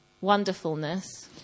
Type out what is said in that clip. wonderfulness